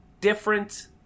different